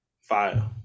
Fire